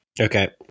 okay